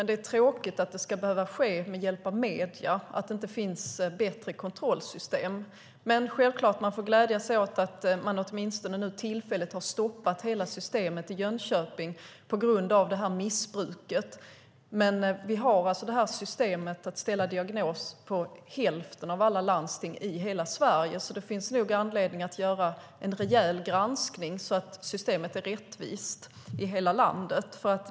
Men det är tråkigt att det ska behöva ske med hjälp av medierna, att det inte finns bättre kontrollsystem. Men självklart får jag glädja mig åt att man nu åtminstone tillfälligt har stoppat hela systemet i Jönköping på grund av missbruket. Vi har det här systemet med att ställa diagnos i hälften av alla landsting i hela Sverige. Därför finns det nog anledning att göra en rejäl granskning, så att systemet är rättvist i hela landet.